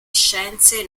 scienze